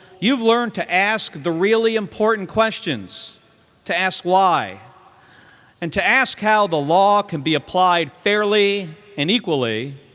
you've learned to ask the really important questions to ask why and to ask how the law can be applied fairly and equally,